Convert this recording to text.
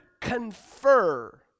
confer